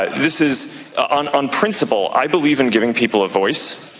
ah this is on. on principle i believe in giving people a voice.